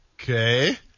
Okay